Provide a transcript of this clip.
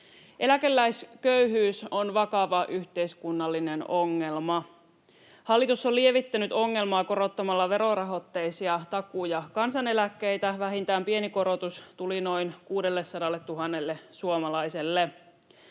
Eläkeläisköyhyys on vakava yhteiskunnallinen ongelma. Hallitus on lievittänyt ongelmaa korottamalla verorahoitteisia takuu- ja kansaneläkkeitä. Vähintään pieni korotus tuli noin 600 000 suomalaiselle.